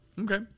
Okay